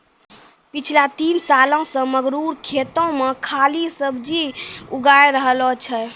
पिछला तीन सालों सॅ मंगरू खेतो मॅ खाली सब्जीए उगाय रहलो छै